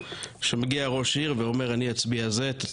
כשמגיע ראש עיר ואומר: אני אצביע זה,